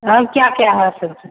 और क्या क्या है सब्जी